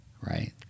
right